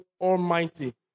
Almighty